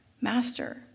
Master